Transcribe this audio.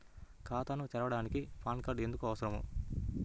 ఖాతాను తెరవడానికి PAN card ఎందుకు అవసరము?